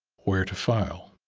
where to file.